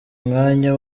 umwanya